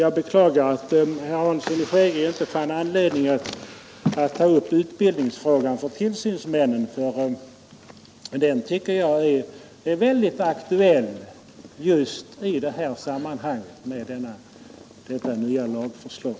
Jag beklagar att herr Hansson i Skegrie inte fann anledning att ta upp utbildningsfrågan för tillsynsmännen. Jag tycker den är väldigt aktuell just i samband med detta nya lagförslag.